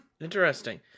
interesting